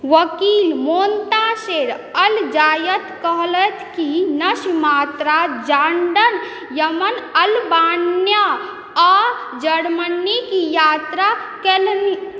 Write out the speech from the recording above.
वकील Montasser Alzayat कहलथि कि नस्र मात्रा जॉर्डन यमन अल्बानिया आओर जर्मनीके यात्रा कएलनि